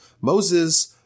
Moses